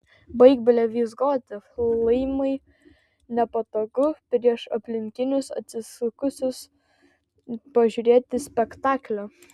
baik blevyzgoti laimai nepatogu prieš aplinkinius atsisukusius pažiūrėti spektaklio